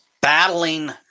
battling